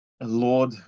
Lord